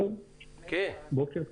בוקר טוב.